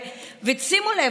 ושימו לב,